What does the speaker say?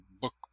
book